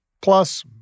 Plus